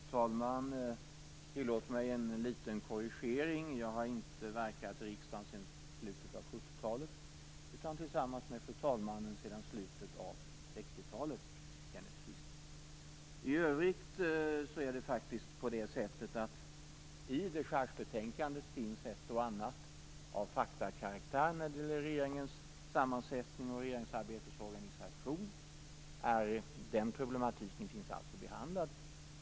Fru talman! Tillåt mig en liten korrigering. Jag har inte verkat i riksdagen sedan slutet av 70-talet utan, tillsammans med fru talmannen, sedan slutet av 60 I övrigt är det faktiskt på det sättet att det i dechargebetänkandet finns ett och annat av faktakaraktär när det gäller regeringens sammansättning och regeringsarbetets organisation. Den problematiken finns alltså behandlad.